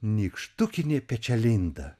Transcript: nykštukinė pečialinda